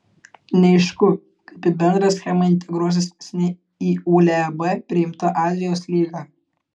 neaišku kaip į bendrą schemą integruosis neseniai į uleb priimta adrijos lyga